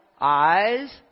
Eyes